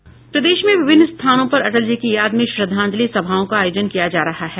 प्रदेश में विभिन्न स्थानों पर अटल जी की याद में श्रद्धांजलि सभाओं का आयोजन किया जा रहा है